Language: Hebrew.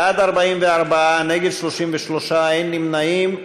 בעד 44, נגד, 33, אין נמנעים.